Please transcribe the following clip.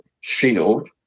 shield